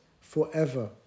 forever